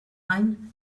gain